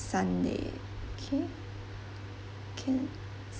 sunday K can